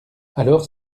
alors